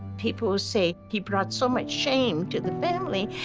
people say he brought so much shame to the family,